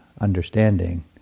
understanding